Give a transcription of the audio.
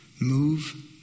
move